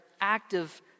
active